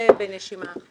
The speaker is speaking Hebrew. זה בנשימה אחת.